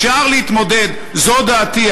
זו דעתי,